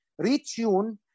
retune